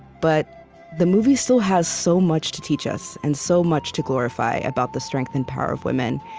but the movie still has so much to teach us and so much to glorify about the strength and power of women,